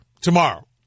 tomorrow